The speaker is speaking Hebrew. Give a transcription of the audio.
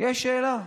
יש שאלה: